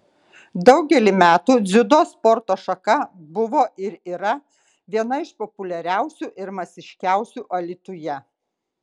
daugelį metų dziudo sporto šaka buvo ir yra viena iš populiariausių ir masiškiausių alytuje